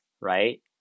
right